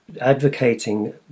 advocating